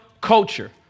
culture